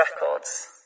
Records